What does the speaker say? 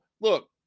look